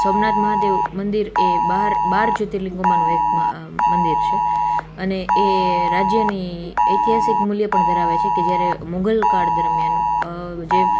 સોમનાથ મહાદેવ મંદિર એ બાર જ્યોતિર્લીંગોમાંનું એક મંદિર છે અને એ રાજ્યની ઐતિહાસિક મૂલ્ય પણ ધરાવે છે કે જ્યારે મુગલ કાળ દરમિયાન જે